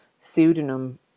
pseudonym